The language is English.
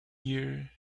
year